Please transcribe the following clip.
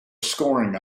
scoring